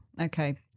okay